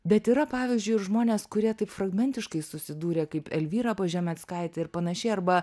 bet yra pavyzdžiui ir žmonės kurie taip fragmentiškai susidūrė kaip elvyra pažemeckaitė ir panašiai arba